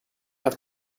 had